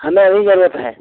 हमें अभी ज़रूरत है